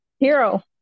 Hero